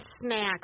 snacks